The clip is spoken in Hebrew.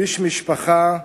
איש משפחה,